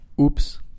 Oops